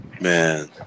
Man